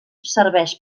serveix